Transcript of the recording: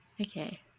Okay